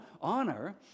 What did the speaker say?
honor